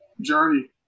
journey